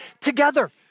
together